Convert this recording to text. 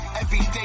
everyday